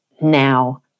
now